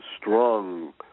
strong